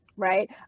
Right